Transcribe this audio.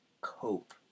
Cope